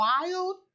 wild